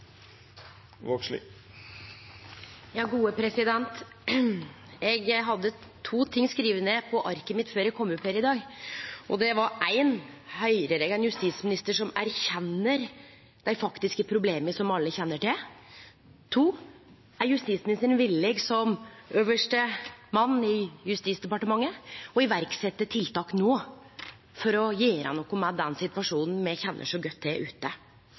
Eg hadde to ting skrivne ned på arket mitt før eg kom opp her i dag: Høyrer eg ein justisminister som erkjenner dei faktiske problema som alle kjenner til? Er justisministeren, som øvste mann i Justisdepartementet, villig til no å setje i verk tiltak for å gjere noko med den situasjonen me kjenner så godt til ute?